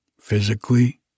physically